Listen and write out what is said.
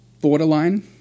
borderline